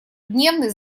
гневный